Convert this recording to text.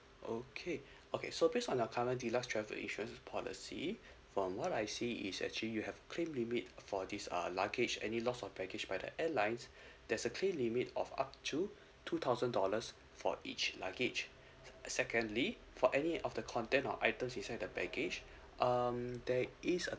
okay okay so based on your current deluxe travel insurance policy from what I see is actually you have claim limit for this err luggage any loss of baggage by the airlines there's a claim limit of up to two thousand dollars for each luggage secondly for any of the content of items inside the baggage um there is a